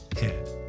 head